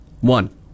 one